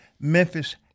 Memphis